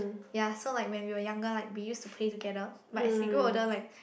ya so like when we were younger like we used to play together but as we grow older like